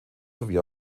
sowie